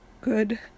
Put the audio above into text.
good